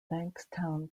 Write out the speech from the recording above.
bankstown